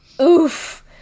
oof